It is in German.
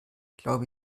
glaube